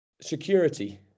security